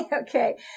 Okay